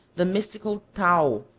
the mystical tau,